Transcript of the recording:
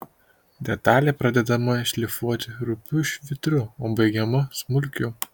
detalė pradedama šlifuoti rupiu švitru o baigiama smulkiu